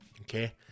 Okay